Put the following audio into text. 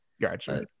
gotcha